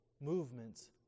movements